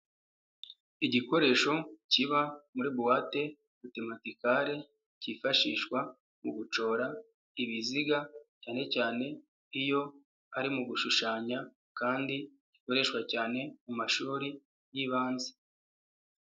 Igikoresho kiba muri buwate matematikare, kifashishwa mu gucora ibiziga cyane cyane iyo ari mu gushushanya kandi gikoreshwa cyane mu mashuri y'ibanze.